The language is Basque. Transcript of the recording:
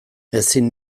ezin